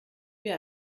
wir